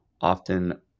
often